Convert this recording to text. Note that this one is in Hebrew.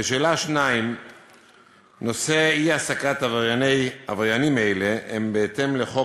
2. נושא אי-העסקת עבריינים אלה הוא בהתאם לחוק